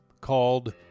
called